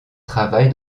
travaille